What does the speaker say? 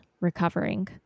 recovering